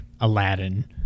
aladdin